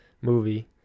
movie